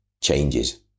changes